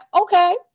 okay